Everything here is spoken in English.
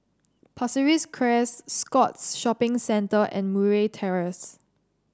Pasir Ris Crest Scotts Shopping Centre and Murray Terrace